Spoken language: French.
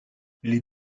les